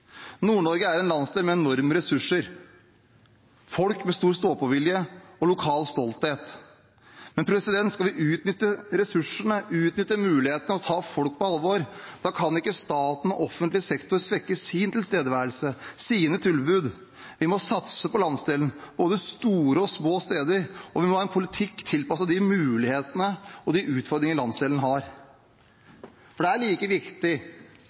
Nord-Norge er en landsdel med enorme ressurser, folk med stor stå-på-vilje og lokal stolthet. Men skal vi utnytte ressursene, utnytte mulighetene og ta folk på alvor, kan ikke staten og offentlig sektor svekke sin tilstedeværelse, sine tilbud. Vi må satse på landsdelen, både store og små steder. Og vi må ha en politikk tilpasset de mulighetene og de utfordringene landsdelen har. Det er like viktig